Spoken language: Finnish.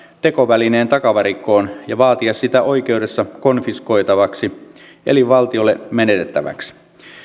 tekovälineen takavarikkoon ja vaatia sitä oikeudessa konfiskoitavaksi eli valtiolle menetettäväksi